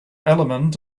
element